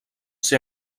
ser